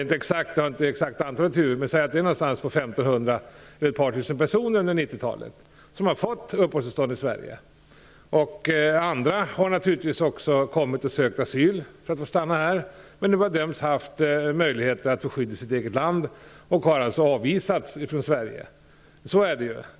Det exakta antalet har jag inte i huvudet, men det är ungefär 1 500 eller ett par tusen personer som under 90-talet fått uppehållstillstånd i Sverige. Andra har naturligtvis kommit hit och sökt asyl för att få stanna här, men de har bedömts ha möjlighet till skydd i sitt eget land och har alltså avvisats från Sverige.